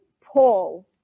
Paul